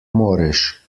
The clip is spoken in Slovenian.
moreš